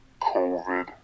COVID